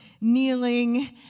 kneeling